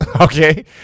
okay